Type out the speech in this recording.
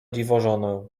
dziwożonę